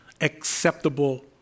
acceptable